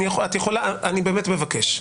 אני באמת מבקש,